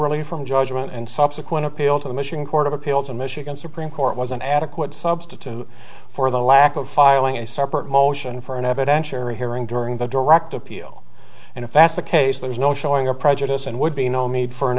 relief from judgment and subsequent appeal to the michigan court of appeals in michigan supreme court was an adequate substitute for the lack of filing a separate motion for an evidentiary hearing during the direct appeal and if that's the case there's no showing or prejudice and would be no need for an